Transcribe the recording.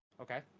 Okay